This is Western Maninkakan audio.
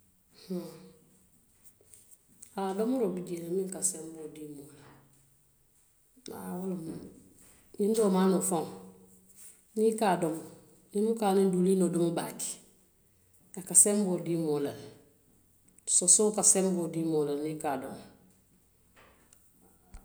Haa domoroo bi jee le, miŋ ka senboo dii moo la, haa wo le mu ñiŋ doo maanoo faŋo niŋ i ka a domo, i buka aniŋ diwiliinoo domo baake, a ka senboo dii moo la le, sosoo ka senboo dii moo la le niŋ i ka a domo.